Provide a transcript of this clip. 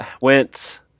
went